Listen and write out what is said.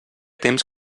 temps